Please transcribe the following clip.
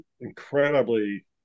incredibly